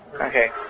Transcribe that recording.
Okay